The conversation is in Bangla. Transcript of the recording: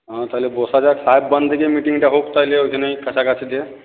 হ্যাঁ তাহলে বসা যাক সাহেব বাঁধে গিয়ে মিটিংটা হোক তাহলে ওইখানেই কাছাকাছি গিয়ে